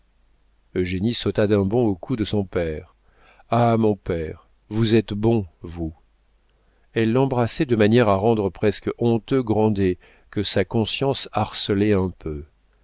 nantes eugénie sauta d'un bond au cou de son père ah mon père vous êtes bon vous elle l'embrassait de manière à rendre presque honteux grandet que sa conscience harcelait un peu